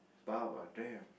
Barbra damn